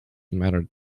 matter